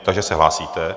Takže se hlásíte.